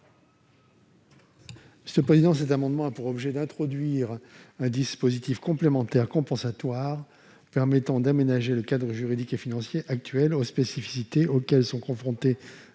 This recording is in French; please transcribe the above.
M. Alain Milon. Cet amendement a pour objet d'introduire un dispositif complémentaire compensatoire permettant d'aménager le cadre juridique et financier actuel aux spécificités auxquelles sont confrontés,